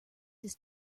his